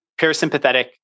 parasympathetic